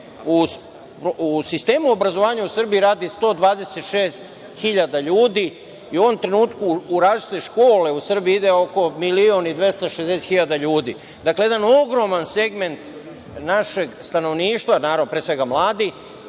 u sistemu obrazovanja u Srbiji radi 126.000 ljudi i u ovom trenutku u različite škole u Srbiji ide oko 1.260.000 ljudi. Dakle, jedan ogroman segment našeg stanovništva, naravno pre svega mladih,